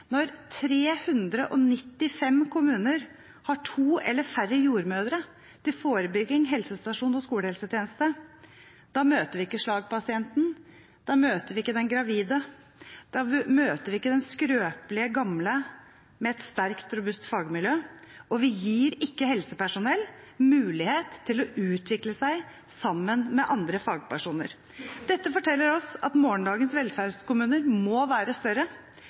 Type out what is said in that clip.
når 395 kommuner har to eller færre jordmødre til forebygging, helsestasjon og skolehelsetjeneste, da møter vi ikke slagpasienten, den gravide eller den skrøpelige gamle med et sterkt, robust fagmiljø, og vi gir ikke helsepersonell mulighet til å utvikle seg sammen med andre fagpersoner. Dette forteller oss at morgendagens velferdskommuner må være større.